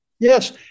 Yes